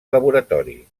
laboratori